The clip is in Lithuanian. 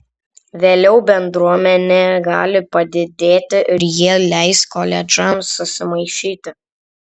vėliau bendruomenė gali padidėti ir jie leis koledžams susimaišyti